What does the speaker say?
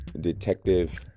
Detective